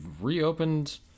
reopened